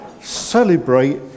celebrate